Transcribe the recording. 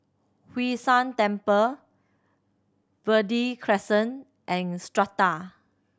Hwee San Temple Verde Crescent and Strata